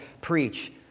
preach